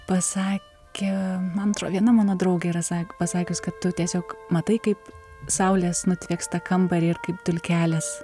pasakė man atrodo viena mano draugė yra sa pasakius kad tu tiesiog matai kaip saulės nutviekstą kambarį ir kaip dulkelės